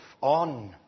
on